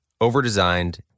overdesigned